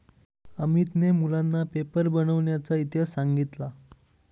अमितने मुलांना पेपर बनविण्याचा इतिहास सांगितला